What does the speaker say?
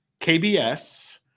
KBS